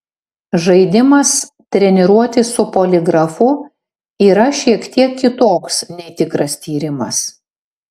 žaidimas treniruotė su poligrafu yra šiek tiek kitoks nei tikras tyrimas